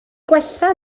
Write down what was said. gwella